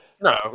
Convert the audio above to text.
no